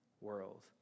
world